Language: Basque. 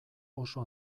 oso